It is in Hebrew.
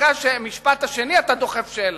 אחרי המשפט השני, אתה דוחף שאלה.